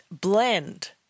blend